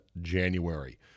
January